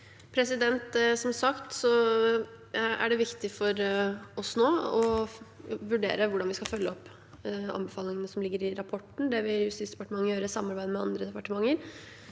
Som sagt er det viktig for oss nå å vurdere hvordan vi skal følge opp anbefalingene som ligger i rapporten. Det vil Justisdepartementet gjøre i samarbeid med andre departementer.